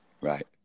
Right